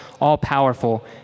all-powerful